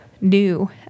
new